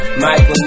Michael